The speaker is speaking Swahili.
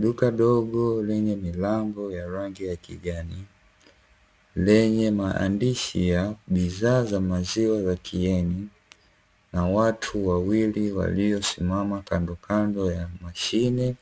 Duka dogo lenye milango ya rangi ya kijani lenye maandishi ya "bidhaa za maziwa za kieni", na watu wawili waliosimama kandokando ya mashine